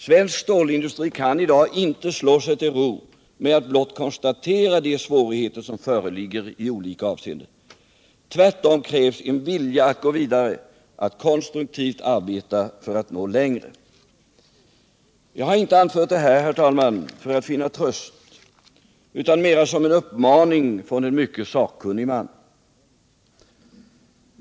Svensk stålindustri kan i dag inte slå sig till ro med att blott konstatera de svårigheter som föreligger i olika avseenden. Tvärtom krävs en vilja att gå vidare, att konstruktivt arbeta för att nå längre.” Jag har inte anfört detta, herr talman, för att finna tröst, utan mera som en uppmaning från en mycket sakkunnig man.